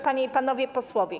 Panie i Panowie Posłowie!